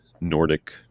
Nordic